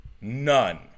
none